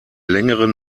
längerem